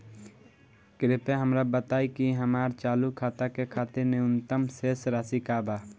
कृपया हमरा बताइ कि हमार चालू खाता के खातिर न्यूनतम शेष राशि का बा